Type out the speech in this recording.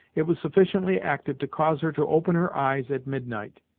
it was sufficiently active to cause her to open her eyes at midnight.